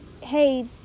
hey